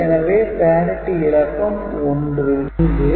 எனவே parity இலக்கம் 1